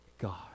God